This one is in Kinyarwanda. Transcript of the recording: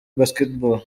basketball